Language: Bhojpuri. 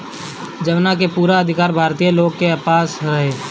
जवना के पूरा अधिकार भारतीय लोग के पास रहे